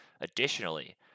Additionally